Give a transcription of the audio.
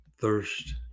thirst